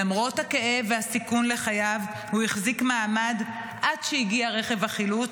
למרות הכאב והסיכון לחייו הוא החזיק מעמד עד שהגיע רכב החילוץ,